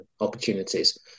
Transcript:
opportunities